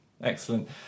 Excellent